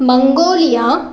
Mongolia